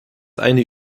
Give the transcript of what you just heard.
eine